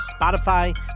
Spotify